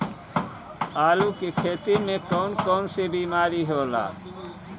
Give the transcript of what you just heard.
आलू की खेती में कौन कौन सी बीमारी होला?